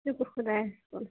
شُکُر خۄدایَس کُن